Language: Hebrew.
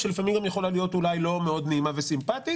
שלפעמים יכולה להיות לא מאוד נעימה וסימפטית